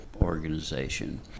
organization